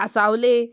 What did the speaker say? कासावलें